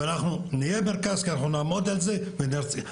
ואנחנו נהיה מרכז כי אנחנו נעמוד על מה